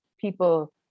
people